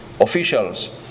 officials